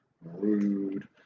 Rude